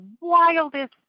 wildest